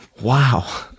Wow